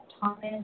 Thomas